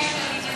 מאה אחוז.